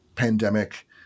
pandemic